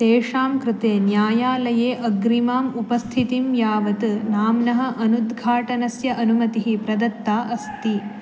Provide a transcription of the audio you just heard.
तेषां कृते न्यायालये अग्रिमाम् उपस्थितिं यावत् नाम्नः अनुद्घाटनस्य अनुमतिः प्रदत्ता अस्ति